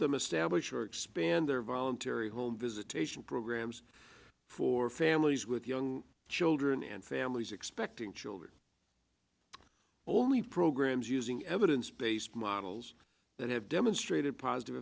them establish or expand their voluntary home visitation programs for families with young children and families expecting children only programs using evidence based models that have demonstrated positive